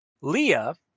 Leah